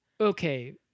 okay